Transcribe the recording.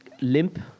limp